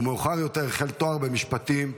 ומאוחר יותר החל תואר במשפטים,